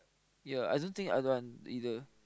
ya I don't think I don't want either